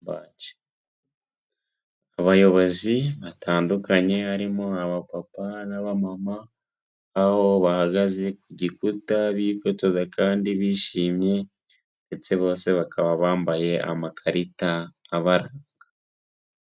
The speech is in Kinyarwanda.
Abayobozi batandukanye harimo abapapa n'abamama aho bahagaze ku gikuta bifotoza kandi bishimye ndetse bose bakaba bambaye amakarita abaranga.